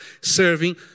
serving